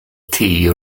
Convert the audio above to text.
tea